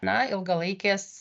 na ilgalaikės